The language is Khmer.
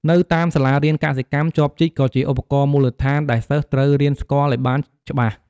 នៅតាមសាលារៀនកសិកម្ម ចបជីកក៏ជាឧបករណ៍មូលដ្ឋានដែលសិស្សត្រូវរៀនស្គាល់ឲ្យបានច្បាស់។